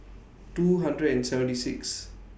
two hundred and seventy six